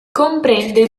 comprende